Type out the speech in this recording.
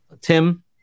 Tim